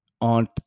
on